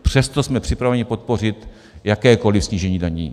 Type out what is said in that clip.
Přesto jsme připraveni podpořit jakékoli snížení daní.